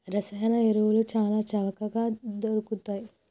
రసాయన ఎరువులు చాల చవకగ దొరుకుతయ్